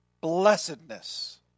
blessedness